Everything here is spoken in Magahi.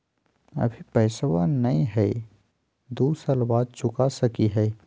अभि पैसबा नय हय, दू साल बाद चुका सकी हय?